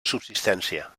subsistència